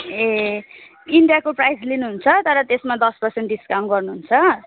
ए इन्डियाको प्राइस लिनुहुन्छ तर त्यसमा दस पर्सेन्ट डिस्काउन्ट गर्नु हुन्छ